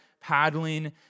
paddling